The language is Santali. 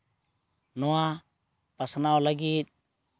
ᱱᱚᱣᱟ ᱯᱟᱥᱱᱟᱣ ᱞᱟᱹᱜᱤᱫ